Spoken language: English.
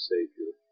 Savior